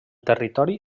territori